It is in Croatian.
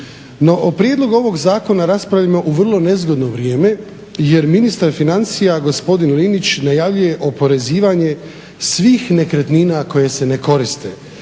prijedlogu ovog zakona raspravljamo u vrlo nezgodno vrijeme jer ministar financija gospodin Linić najavio je oporezivanje svih nekretnina koje se ne koriste